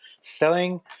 selling